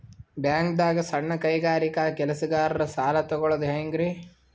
ಬ್ಯಾಂಕ್ದಾಗ ಸಣ್ಣ ಕೈಗಾರಿಕಾ ಕೆಲಸಗಾರರು ಸಾಲ ತಗೊಳದ್ ಹೇಂಗ್ರಿ?